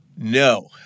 No